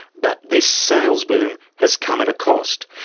but this sales boom has come at a cost.